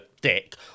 dick